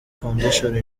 foundation